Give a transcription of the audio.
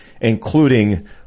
including